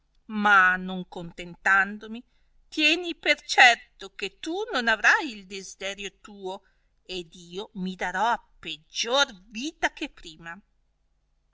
ma non contentandomi tieni per certo che tu non arrai il desiderio tuo ed io mi darò a peggior vita che prima